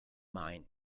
main